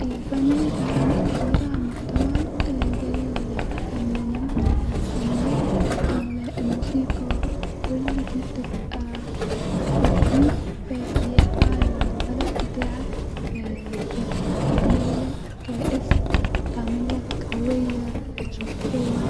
الفن ليه عامل كبير علي المحتمع زي ال- الفنانين-الرسامين-ال-الموسيقي كلي دي بتبقي بتجيب سياحه للبلاد بتاعك بتعملك اسم-بتعملك-هويه